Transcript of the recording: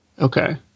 okay